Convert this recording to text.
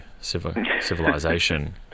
civilization